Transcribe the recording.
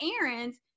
errands